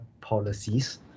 policies